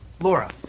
Laura